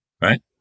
right